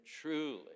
truly